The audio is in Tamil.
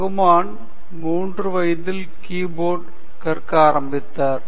ரஹ்மான் 3 வயதில் கி போர்டு கற்க ஆரம்பித்தார்